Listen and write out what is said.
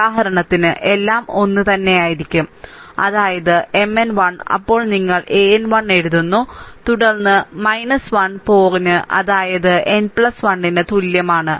ഉദാഹരണത്തിന് എല്ലാം ഒന്നുതന്നെയായിരിക്കും അതായത് Mn 1 അപ്പോൾ നിങ്ങൾ an1 എഴുതുന്നു തുടർന്ന് 1 പോറിന് അതായത് n 1 ന് തുല്യമാണ്